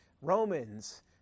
Romans